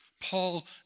Paul